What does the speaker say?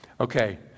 Okay